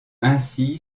ainsi